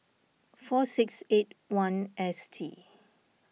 four six eighty one S T